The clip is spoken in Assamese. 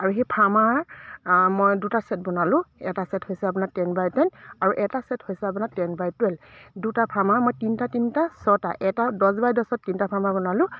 আৰু সেই ফাৰ্মাৰ মই দুটা ছেট বনালোঁ এটা ছেট হৈছে আপোনাৰ টেন বাই টেন আৰু এটা ছেট হৈছে আপোনাৰ টেন বাই টুৱেল্ভ দুটা ফাৰ্মাৰৰ মই তিনিটা তিনিটা ছটা এটা দহ বাই দহত তিনিটা ফাৰ্মাৰ বনালোঁ